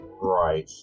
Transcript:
Right